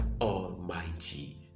Almighty